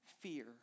Fear